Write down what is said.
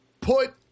put